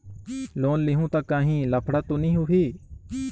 Loan लेहूं ता काहीं लफड़ा तो नी होहि?